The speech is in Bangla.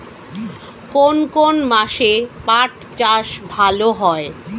কোন কোন মাসে পাট চাষ ভালো হয়?